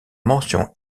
mention